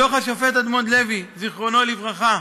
דוח השופט אדמונד לוי, זיכרונו לברכה,